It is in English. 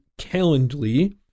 Calendly